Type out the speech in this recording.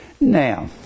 Now